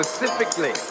Specifically